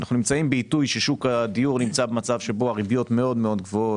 בו שוק הדיור נמצא במצב בו הריביות מאוד גבוהות.